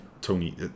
tony